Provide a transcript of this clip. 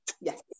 yes